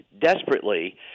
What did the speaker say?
desperately